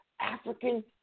African